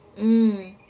mm